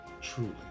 Truly